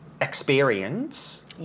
experience